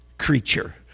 creature